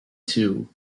two